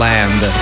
Land